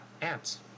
ants